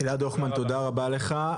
אלעד הוכמן, תודה רבה לך.